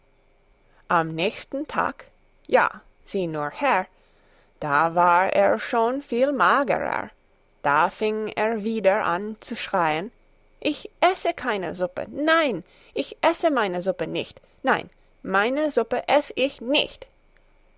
am nächsten tag ja sieh nur her da war er schon viel magerer da fing er wieder an zu schrein ich esse keine suppe nein ich esse meine suppe nicht nein meine suppe eß ich nicht